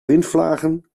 windvlagen